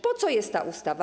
Po co jest ta ustawa?